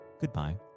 goodbye